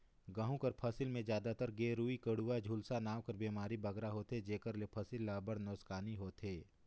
गहूँ कर फसिल में जादातर गेरूई, कंडुवा, झुलसा नांव कर बेमारी बगरा होथे जेकर ले फसिल ल अब्बड़ नोसकानी होथे